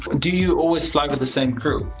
do you always fly with the same crew?